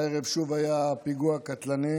הערב שוב היה פיגוע קטלני.